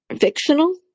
Fictional